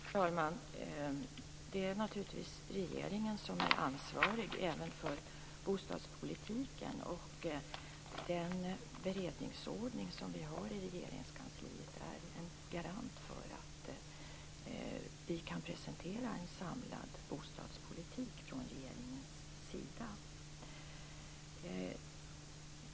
Fru talman! Det är naturligtvis regeringen som är ansvarig även för bostadspolitiken. Den beredningsordning som vi har i Regeringskansliet garanterar att vi kan presentera en samlad bostadspolitik från regeringens sida.